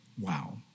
wow